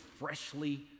freshly